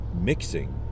mixing